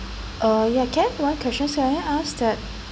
uh ya can I have one question can I ask that